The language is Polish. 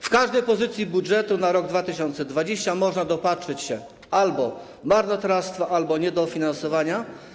W każdej pozycji budżetowej na rok 2020 można dopatrzeć się albo marnotrawstwa, albo niedofinansowania.